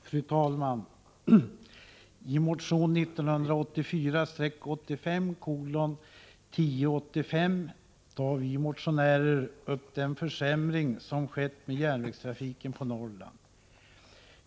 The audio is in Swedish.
Fru talman! I motion 1984/85:1065 tar vi motionärer upp den försämring som skett i järnvägstrafiken på Norrland.